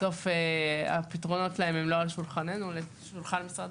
בסוף הפתרונות לא על שולחננו על שולחן משרד